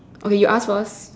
okay you ask first